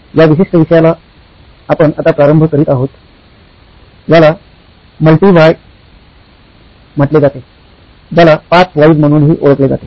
या विशिष्ट विषयाला आपण आता प्रारंभ करीत आहोत याला मल्टी व्हाय म्हटले जाते ज्याला 5 व्हॉईज म्हणूनही ओळखले जाते